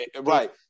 right